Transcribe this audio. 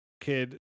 kid